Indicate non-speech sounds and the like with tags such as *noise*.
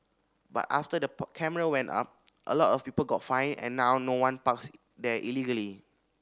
but after the *unintelligible* camera went up a lot of people got fined and now no one parks there illegally